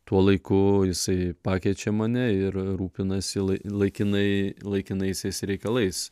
tuo laiku jisai pakeičia mane ir rūpinasi lai laikinai laikinaisiais reikalais